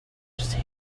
museum